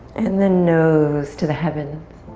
and then nose to the heavens.